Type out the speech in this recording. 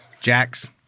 Jax